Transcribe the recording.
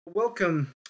Welcome